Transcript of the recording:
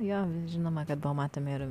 jo žinome kad pamatomi ir